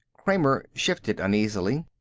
kramer shifted uneasily.